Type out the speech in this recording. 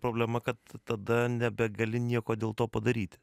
problema kad tada nebegali nieko dėl to padaryti